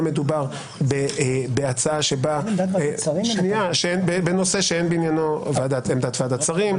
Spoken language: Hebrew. גם מדובר בהצעה בנושא שאין בעניינו עמדת ועדת שרים.